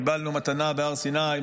קיבלנו מתנה בהר סיני,